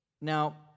Now